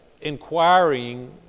inquiring